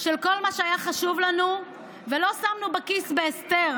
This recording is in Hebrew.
של כל מה שהיה חשוב לנו ולא שמנו בכיס בהסתר